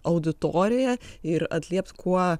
auditorija ir atliept kuo